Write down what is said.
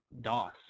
DOS